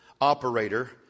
operator